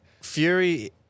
Fury